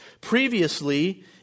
Previously